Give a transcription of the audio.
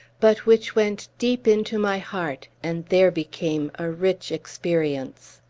but which went deep into my heart, and there became a rich experience.